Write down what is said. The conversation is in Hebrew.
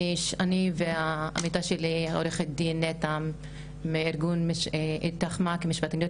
אני והעמיתה שלי מארגון "איתך מעכי",